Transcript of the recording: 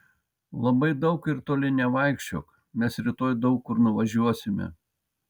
labai daug ir toli nevaikščiok mes rytoj daug kur nuvažiuosime